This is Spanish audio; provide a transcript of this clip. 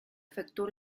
efectuó